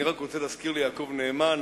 אני רק רוצה להזכיר ליעקב נאמן,